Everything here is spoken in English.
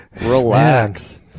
relax